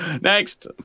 Next